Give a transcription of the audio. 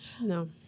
No